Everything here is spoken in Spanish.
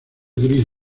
gris